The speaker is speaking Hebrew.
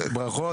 ברכות,